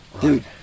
Dude